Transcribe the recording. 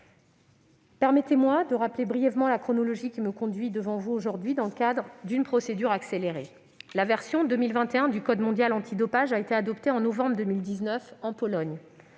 Permettez-moi de rappeler brièvement la chronologie qui me conduit devant vous aujourd'hui, dans le cadre d'une procédure accélérée. La version 2021 du code mondial antidopage a été adoptée en novembre 2019 en Pologne.